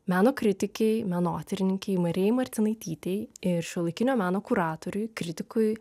meno kritikei menotyrininkei marijai martinaitytei ir šiuolaikinio meno kuratoriui kritikui